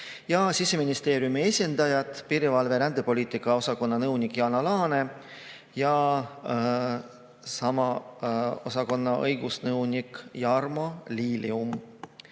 Siseministeeriumi esindajad: piirivalve- ja rändepoliitika osakonna nõunik Jana Laane ja sama osakonna õigusnõunik Jarmo